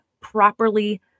properly